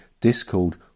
Discord